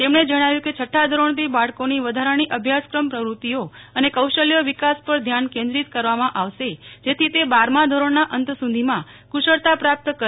તેમણે જણાવ્યું કેછઠા ધોરણથી બાળકોની વધારાની અભ્યાસક્રમ પ્રવ્રતિઓ અનેકૌશલ્ય વિકાસ પર ધ્યાન કેન્દ્રિય કરવામાં આવશે જેથી તે ધોરણના અંત સુધીમાં કુશળતા પ્રાપ્ત કર